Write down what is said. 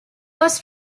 was